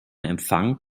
empfang